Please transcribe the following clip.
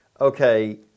okay